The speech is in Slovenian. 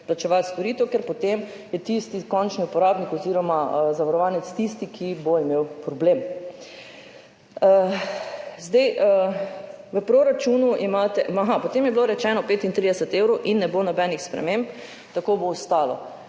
plačevati storitev, ker potem je tisti končni uporabnik oziroma zavarovanec tisti, ki bo imel problem. Potem je bilo rečeno 35 evrov in ne bo nobenih sprememb, tako bo ostalo.